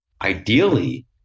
ideally